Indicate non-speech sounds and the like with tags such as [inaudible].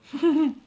[laughs]